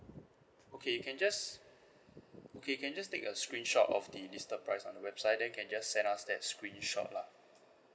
okay you can just okay you can just take a screenshot of the listed price on the website then can just send us that screenshot lah